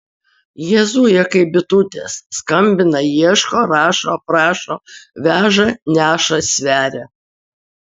jie zuja kaip bitutės skambina ieško rašo prašo veža neša sveria